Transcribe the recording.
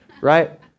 right